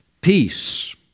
peace